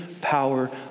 power